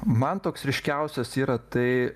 man toks ryškiausias yra tai